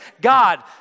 God